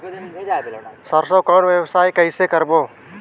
सरसो कौन व्यवसाय कइसे करबो?